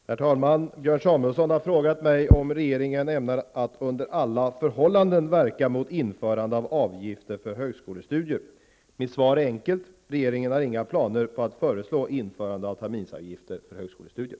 Herr talman! Björn Samuelson har frågat mig om regeringen ämnar att under alla förhållanden verka mot införande av avgifter för högskolestudier. Mitt svar är enkelt: Regeringen har inga planer på att föreslå införande av terminsavgifter för högskolestudier.